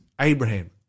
Abraham